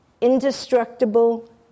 indestructible